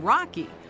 Rocky